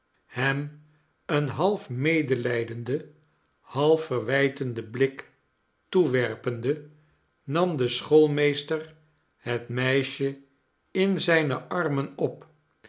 hem een half medelijdenden half verwijtenden blik toewerpende nam de schoolmeester het meisje in zijne armen op